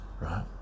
right